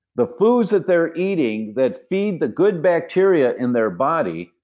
the foods that they're eating that feed the good bacteria in their body,